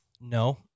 no